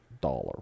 dollar